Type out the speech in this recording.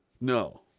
No